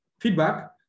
feedback